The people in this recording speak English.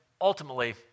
ultimately